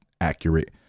accurate